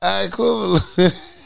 equivalent